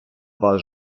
вас